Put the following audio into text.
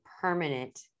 permanent